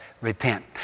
repent